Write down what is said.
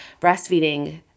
breastfeeding